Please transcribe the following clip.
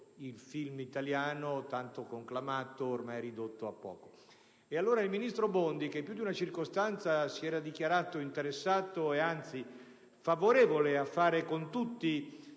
il film italiano, tanto decantato, è ormai ridotto a poco. Il ministro Bondi, che in un più di una circostanza si era dichiarato interessato e anzi favorevole a fare con tutti